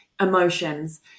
emotions